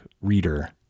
reader